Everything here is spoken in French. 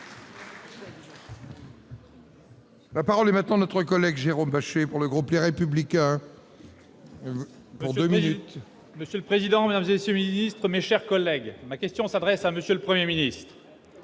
La parole est à M. Jérôme Bascher, pour le groupe Les Républicains. Monsieur le président, mesdames, messieurs les ministres, mes chers collègues, ma question s'adresse à M. le Premier ministre.